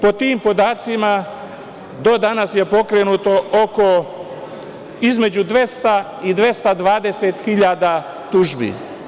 Po tim podacima do danas je pokrenuto oko, odnosno između 200 i 220.000 tužbi.